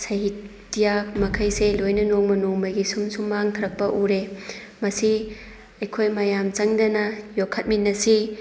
ꯁꯍꯤꯇ꯭ꯌ ꯃꯈꯩꯁꯦ ꯂꯣꯏꯅ ꯅꯣꯡꯃ ꯅꯣꯡꯃꯒꯤ ꯁꯨꯝ ꯁꯨꯝ ꯃꯥꯡꯊꯔꯛꯄ ꯎꯔꯦ ꯃꯁꯤ ꯑꯩꯈꯣꯏ ꯃꯌꯥꯝ ꯆꯪꯗꯅ ꯌꯣꯛꯈꯠꯃꯤꯟꯅꯁꯤ